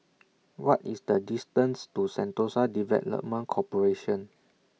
What IS The distance to Sentosa Development Corporation